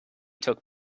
took